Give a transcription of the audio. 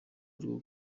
ngo